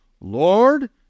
Lord